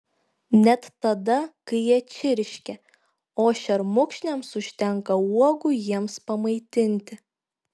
net tada kai jie čirškia o šermukšniams užtenka uogų jiems pamaitinti